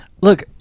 Look